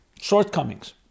shortcomings